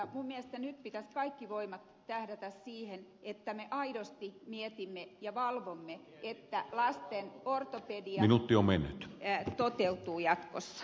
minun mielestäni nyt pitäisi kaikki voimat tähdätä siihen että me aidosti mietimme ja valvomme että lasten ortopedia toteutuu jatkossa